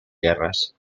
guerres